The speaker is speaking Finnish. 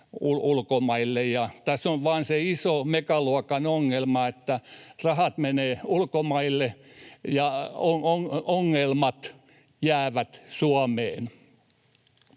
ulkomaille. Tässä on vain se iso, megaluokan ongelma, että rahat menevät ulkomaille ja ongelmat jäävät Suomeen.